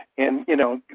and, you know,